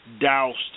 doused